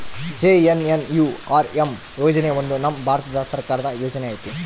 JNNURM ಯೋಜನೆ ಒಂದು ನಮ್ ಭಾರತ ಸರ್ಕಾರದ ಯೋಜನೆ ಐತಿ